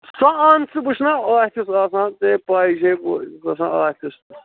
سۄ اَن ژٕ بہٕ چھُس نا آفِس آسان ژیٚے پاے چھیٚے بہٕ چھُس گژھان آفِس